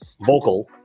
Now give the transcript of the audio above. vocal